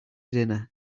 dinner